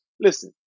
listen